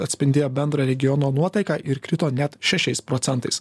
atspindėjo bendrą regiono nuotaiką ir krito net šešiais procentais